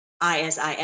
isis